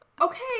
Okay